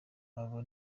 abo